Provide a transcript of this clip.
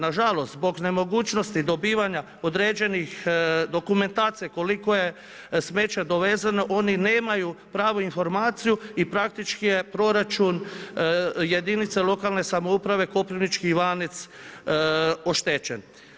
Nažalost, zbog nemogućnosti dobivanja određenih dokumentacija, koliko je smeća dovezeno, oni nemaju pravu informaciju i praktički je proračun jedinica lokalne samouprave Koprivnički Ivanec oštećen.